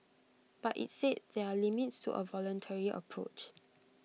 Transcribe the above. but IT said there are limits to A voluntary approach